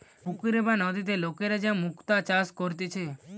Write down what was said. পুকুরে বা নদীতে লোকরা যে মুক্তা চাষ করতিছে